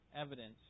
evidence